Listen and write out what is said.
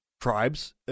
tribes